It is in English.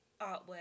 artwork